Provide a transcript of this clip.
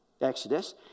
Exodus